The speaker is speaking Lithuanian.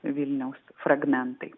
vilniaus fragmentai